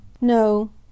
No